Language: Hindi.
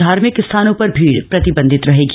धार्मिक स्थानों पर भीड़ प्रतिबंधित रहेगी